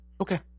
Okay